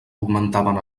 augmentaven